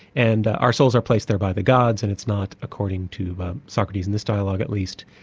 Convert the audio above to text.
and our souls are placed there by the gods, and it's not according to socrates in this dialogue at least,